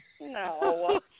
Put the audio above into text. No